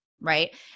right